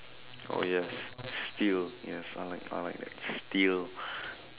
oh yes steal yes I like I like that steal